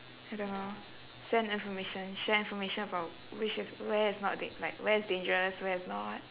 I don't know send information share information about which is where is not d~ like where's dangerous where's not